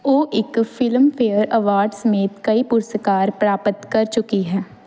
ਉਹ ਇੱਕ Filmfare award ਸਮੇਤ ਕਈ ਪੁਰਸਕਾਰ ਪ੍ਰਾਪਤ ਕਰ ਚੁੱਕੀ ਹੈ